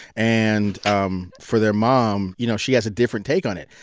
and um for their mom, you know, she has a different take on it,